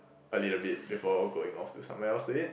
a little bit before going off to somewhere else to eat